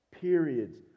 periods